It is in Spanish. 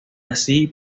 así